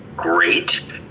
great